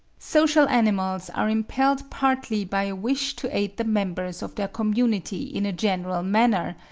social animals are impelled partly by a wish to aid the members of their community in a general manner,